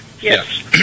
yes